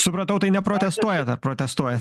supratau tai neprotestuojat ar protestuojat